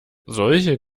solche